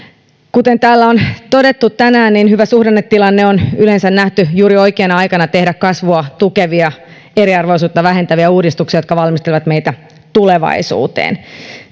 kuten täällä on todettu tänään hyvä suhdannetilanne on yleensä nähty juuri oikeana aikana tehdä kasvua tukevia ja eriarvoisuutta vähentäviä uudistuksia jotka valmistelevat meitä tulevaisuuteen tämä on